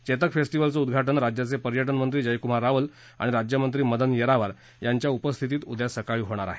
Chetak festival चं उदघाटन राज्याचे पर्यटनमंत्री जयकूमार रावल आणि राज्यमंत्री मदन येरावार यांच्या उपस्थितीत उद्या सकाळी होणार आहे